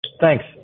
Thanks